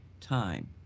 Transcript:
time